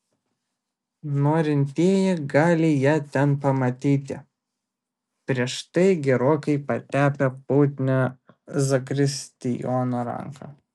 norintieji gali ją ten pamatyti prieš tai gerokai patepę putnią zakristijono ranką